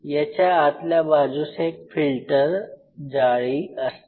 याच्या आतल्या बाजूस एक फिल्टर जाळी असते